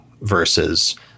versus